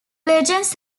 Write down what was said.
legends